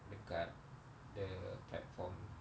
dekat the platform